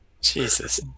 Jesus